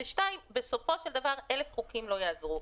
דבר שני, בסופו של דבר אלף חוקים לא יעזרו.